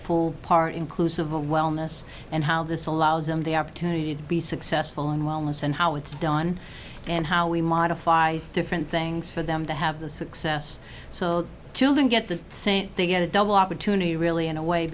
be part inclusive of wellness and how this allows them the opportunity to be successful in wellness and how it's done and how we modify different things for them to have the success so children get the same they get a double opportunity really in a way